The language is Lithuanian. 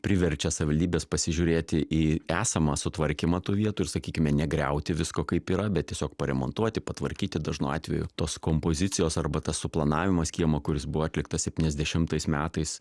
priverčia savivaldybes pasižiūrėti į esamą sutvarkymą tų vietų ir sakykime negriauti visko kaip yra bet tiesiog paremontuoti patvarkyti dažnu atveju tos kompozicijos arba tas suplanavimas kiemo kuris buvo atliktas septyniasdešimtais metais